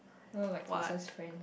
no like closest friend